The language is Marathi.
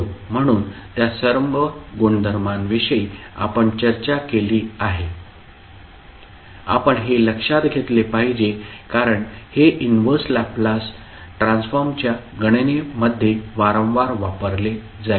म्हणून त्या सर्व गुणधर्मांविषयी आपण चर्चा केली आहे आपण हे लक्षात घेतले पाहिजे कारण हे इनव्हर्स लॅपलेस ट्रान्सफॉर्मच्या गणनेमध्ये वारंवार वापरले जाईल